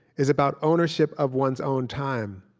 is about ownership of one's own time,